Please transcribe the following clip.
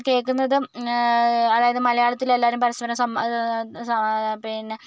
കേൾക്കുന്നത് അതായത് മലയാളത്തിൽ എല്ലാവരും പരസ്പരം സം സാ പിന്നെ